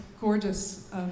gorgeous